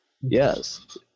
Yes